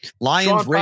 Lions